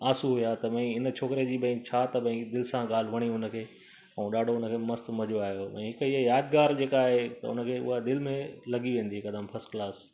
आंसू हुया त भाई हिन छोकिरे जी भाई छा त भाई दिलि सां ॻाल्हि वणी हुनखे ऐं ॾाढो हुनखे मस्तु मज़ो आयो हुनखे यादिगारु जेको चए थो उनखे हूअ दिलि में लॻी वेंदी हिकदमि फस्ट क्लास